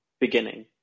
Beginning